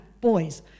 boys